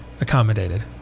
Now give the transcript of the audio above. accommodated